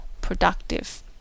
productive